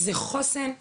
זה חוסן גופני,